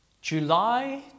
July